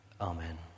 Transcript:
Amen